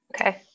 Okay